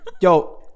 Yo